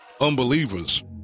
Unbelievers